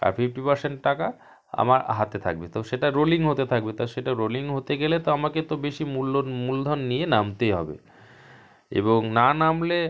আর fifty percent টাকা আমার হাতে থাকবে তো সেটা রোলিং হতে থাকবে তা সেটা রোলিং হতে গেলে তো আমাকে তো বেশি মূল্য মূলধন নিয়ে নামতেই হবে এবং না নামলে